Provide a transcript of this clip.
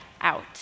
out